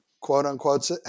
quote-unquote